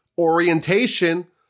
orientation